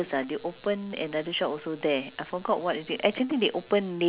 so went there but a lot of the stalls close